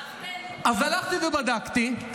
אז הלכתי ובדקתי,